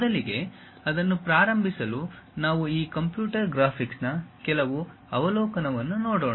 ಮೊದಲಿಗೆ ಅದನ್ನು ಪ್ರಾರಂಭಿಸಲು ನಾವು ಈ ಕಂಪ್ಯೂಟರ್ ಗ್ರಾಫಿಕ್ಸ್ನ ಕೆಲವು ಅವಲೋಕನವನ್ನು ನೋಡೋಣ